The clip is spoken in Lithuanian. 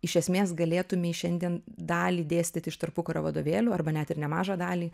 iš esmės galėtumei šiandien dalį dėstyt iš tarpukario vadovėlių arba net ir nemažą dalį